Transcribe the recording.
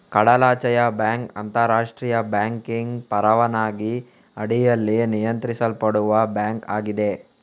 ಕಡಲಾಚೆಯ ಬ್ಯಾಂಕ್ ಅಂತರಾಷ್ಟ್ರೀಯ ಬ್ಯಾಂಕಿಂಗ್ ಪರವಾನಗಿ ಅಡಿಯಲ್ಲಿ ನಿಯಂತ್ರಿಸಲ್ಪಡುವ ಬ್ಯಾಂಕ್ ಆಗಿದೆ